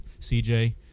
CJ